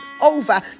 over